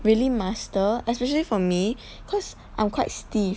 really master especially for me cause I'm quite stiff